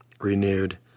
renewed